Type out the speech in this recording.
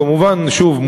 כמובן שוב,